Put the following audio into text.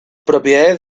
propiedades